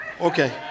Okay